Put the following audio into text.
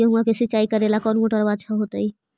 गेहुआ के सिंचाई करेला कौन मोटरबा अच्छा होतई?